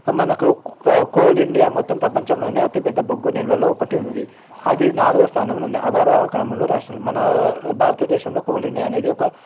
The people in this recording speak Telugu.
మనకు కోల్ ఇండియా మొత్తం ప్రపంచంలోనే అతిపెద్ద బొగ్గు నిల్వలో ఒకటి ఉంది అది నాలుగో స్థానంలో ఉంది రాష్ట్రంలో మన భారతదేశంలో కోల్ ఇండియా అనేది ఒక